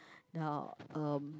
the um